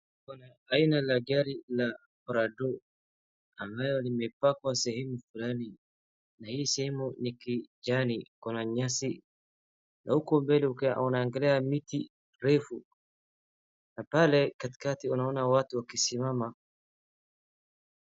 Kuna aina la gari la Prado ambaye limepakiwa sehemu fulani na hii sehemu ninn kijani iko na nyasi. Na huko mbele ukiwaunaangalia miti refu na pale katikati unaona watu wakisimama.